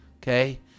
okay